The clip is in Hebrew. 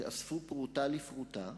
שאספו פרוטה לפרוטה